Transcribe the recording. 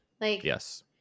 Yes